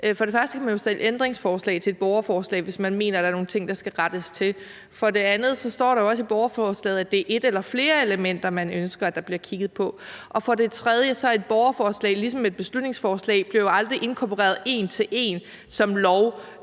For det første kan man jo stille ændringsforslag, hvis man mener, der er nogle ting, der skal rettes til. For det andet står der jo også i borgerforslaget, at det er et eller flere elementer, man ønsker at der bliver kigget på. For det tredje bliver et borgerforslag ligesom et beslutningsforslag jo aldrig inkorporeret en til en i en lov.